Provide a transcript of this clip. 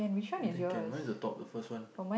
I think can mine is the top the first one